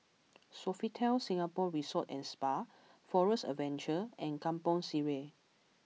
Sofitel Singapore Resort and Spa Forest Adventure and Kampong Sireh